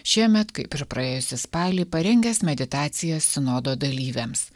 šiemet kaip ir praėjusį spalį parengęs meditacijas sinodo dalyviams